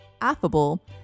affable